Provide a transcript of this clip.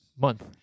Month